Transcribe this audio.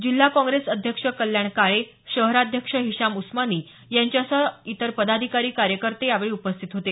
जिल्हा काँग्रेस अध्यक्ष कल्याण काळे शहराध्यक्ष हिशाम उस्मानी यांच्यासह इतर पदाधिकारी कार्यकर्ते यावेळी उपस्थित होते